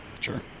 Sure